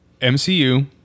MCU